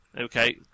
Okay